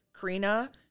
Karina